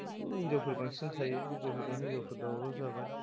बेयावथ' हिन्जावफोर बांसिन थायो हिन्जावफोरजों हिन्जावफोर दावराव जाबाय